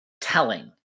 telling